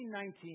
19